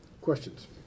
Questions